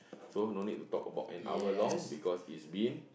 so no need to talk about an hour long because it has been